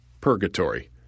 Purgatory